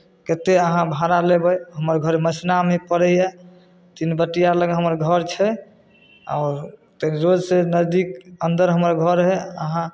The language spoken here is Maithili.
कतेक अहाँ भाड़ा लेबै हमर घर मसनामे पड़ैए तिनबटिआ लग हमर घर छै आओर तकरोसँ नजदीक अन्दर हमर घर हइ अहाँ